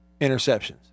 interceptions